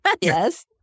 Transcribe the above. yes